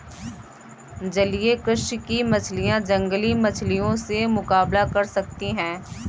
जलीय कृषि की मछलियां जंगली मछलियों से मुकाबला कर सकती हैं